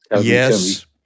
yes